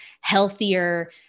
healthier